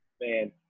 Man